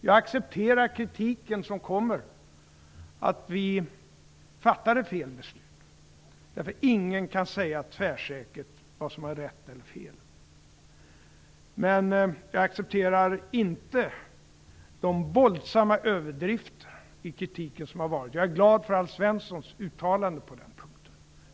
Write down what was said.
Jag accepterar den kritik som kommer om att vi fattade fel beslut. Ingen kan tvärsäkert säga vad som var rätt eller fel. Men jag accepterar inte de våldsamma överdrifter i kritiken som har varit. Jag är glad över Alf Svenssons uttalande på den punkten.